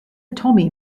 tommy